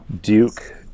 Duke